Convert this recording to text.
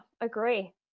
agree